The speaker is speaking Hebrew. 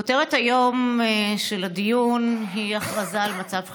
כותרת הדיון היום היא הכרזה על מצב חירום,